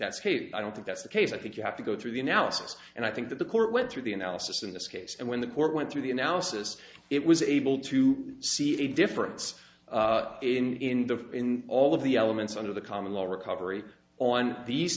great i don't think that's the case i think you have to go through the analysis and i think that the court went through the analysis in this case and when the court went through the analysis it was able to see the difference in the in all of the elements under the common law recovery on these